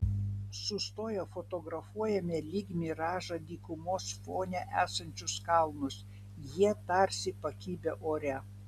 sustoję fotografuojame lyg miražą dykumos fone esančius kalnus jie tarsi pakibę ore